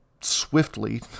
swiftly